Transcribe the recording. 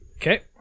Okay